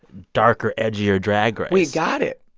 darker, edgier drag race? we got it.